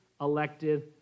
elected